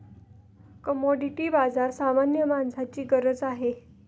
commodity बाजार सामान्य माणसाची गरज आहे